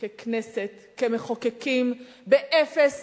ככנסת, כמחוקקים, באפס